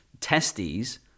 testes